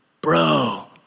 bro